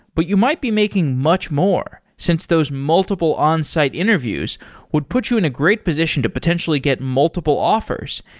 but you might be making much more since those multiple onsite interviews would put you in a great position to potentially get multiple offers,